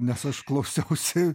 nes aš klausiausi